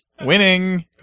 Winning